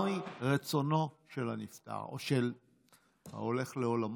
מהו רצונו של הנפטר, של ההולך לעולמו.